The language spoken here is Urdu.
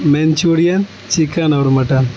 مینچورین چکن اور مٹن